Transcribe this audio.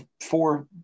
four